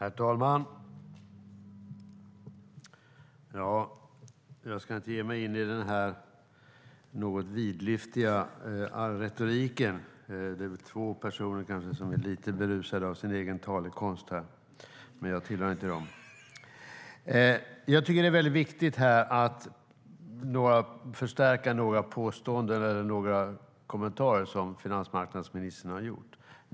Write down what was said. Herr talman! Jag ska inte ge mig in i den något vidlyftiga retoriken. Två personer här är lite berusade av sin egen talekonst. Jag tillhör inte dem. Det är viktigt att förstärka några påståenden, eller kommentarer, som finansmarknadsministern har gjort.